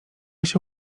się